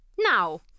Now